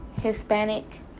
Hispanic